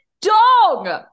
dong